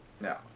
No